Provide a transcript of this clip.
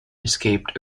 escaped